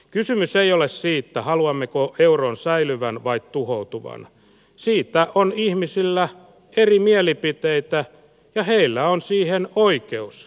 kysymys ei ole siitä haluammeko euron säilyvän vai tuhoutuvan siitä on ihmisillä eri mielipiteitä ja heillä on siihen oikeus